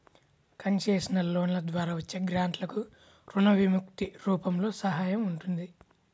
concessional లోన్ల ద్వారా వచ్చే గ్రాంట్లకు రుణ విముక్తి రూపంలో సహాయం ఉంటుంది